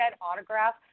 autograph